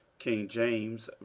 king james,